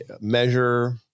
measure